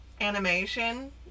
animation